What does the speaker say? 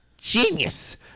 Genius